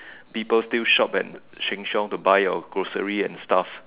people still shop at Sheng-Siong to buy your grocery and stuff